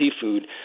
seafood